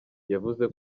yavuze